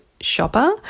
shopper